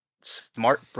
smart